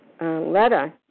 letter